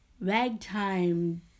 ragtime